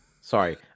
Sorry